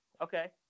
Okay